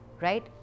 Right